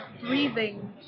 breathing